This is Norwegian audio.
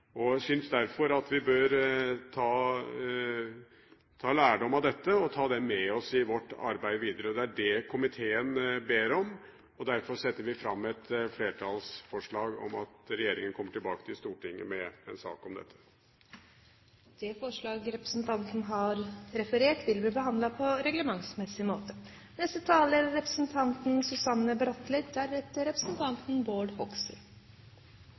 Jeg syns derfor at vi bør ta lærdom av dette, og ta det med oss i vårt arbeid videre. Det er det komiteen ber om. Derfor setter vi fram et forslag til vedtak om at regjeringen kommer tilbake til Stortinget med en sak om dette. Jeg vil starte med å si meg uenig med saksordføreren i at dette er